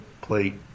plate